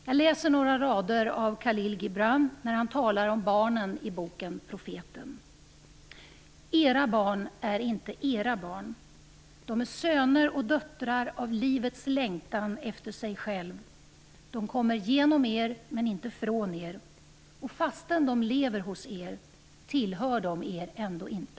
Jag läser några rader av Khalil Gibran när han talar om barnen i boken Profeten. "Era barn är inte era barn. De är söner och döttrar av Livets längtan efter sig själv. De kommer genom er men inte från er. Och fastän de lever hos er, tillhör de er ändå inte."